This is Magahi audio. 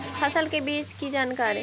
फसल के बीज की जानकारी?